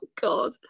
god